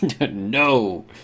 no